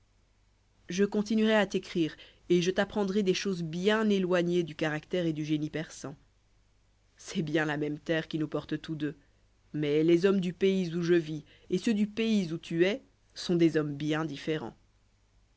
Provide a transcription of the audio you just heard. je continuerai à t'écrire et je t'apprendrai des choses bien éloignées du caractère et du génie persan c'est bien la même terre qui nous porte tous deux mais les hommes du pays où je vis et ceux du pays où tu es sont des hommes bien différents